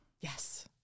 Yes